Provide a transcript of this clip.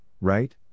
right